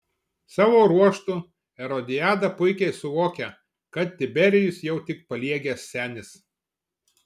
savo ruožtu erodiada puikiai suvokia kad tiberijus jau tik paliegęs senis